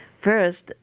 First